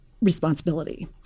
responsibility